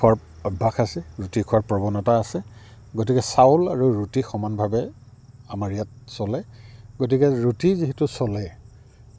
খোৱাৰ অভ্যাস আছে ৰুটি খোৱাৰ প্ৰৱণতা আছে গতিকে চাউল আৰু ৰুটি সমানভাৱে আমাৰ ইয়াত চলে গতিকে ৰুটি যিহেতু চলে